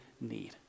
need